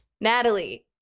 Natalie